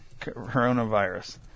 coronavirus